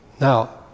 Now